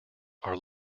are